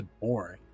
boring